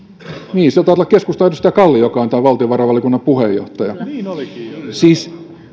niin se taitaa olla keskustan edustaja kalli joka on tämän valtiovarainvaliokunnan puheenjohtaja siis